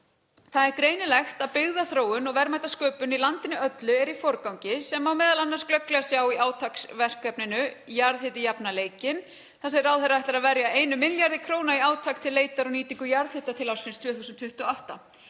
Það er greinilegt að byggðaþróun og verðmætasköpun í landinu öllu er í forgangi, sem m.a. má glögglega sjá í átaksverkefninu Jarðhiti jafnar leikinn þar sem ráðherra ætlar að verja 1 milljarði kr. í átak til leitar og nýtingu jarðhita til ársins 2028.